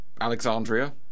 Alexandria